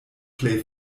plej